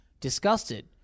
Disgusted